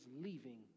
leaving